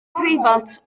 preifat